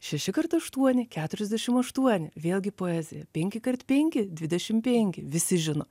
šeši kart aštuoni keturiasdešim aštuoni vėlgi poezija penki kart penki dvidešim penki visi žino